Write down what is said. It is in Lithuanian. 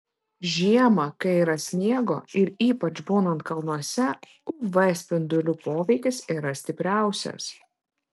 žiemą kai yra sniego ir ypač būnant kalnuose uv spindulių poveikis yra stipriausias